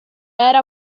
era